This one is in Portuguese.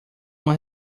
uma